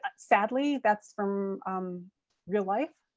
ah sadly, that's from real life.